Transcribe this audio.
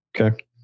Okay